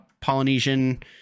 Polynesian